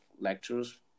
lectures